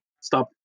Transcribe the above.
stop